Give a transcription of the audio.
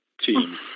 team